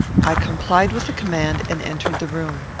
i complied with the command, and entered the room.